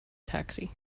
taxi